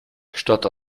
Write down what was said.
statt